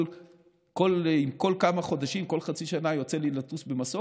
כל כמה חודשים, כל חצי שנה יוצא לי לטוס במסוק.